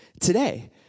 today